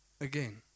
again